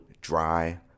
Dry